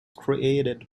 created